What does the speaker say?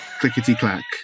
Clickety-clack